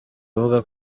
avuga